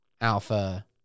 Alpha